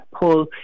pull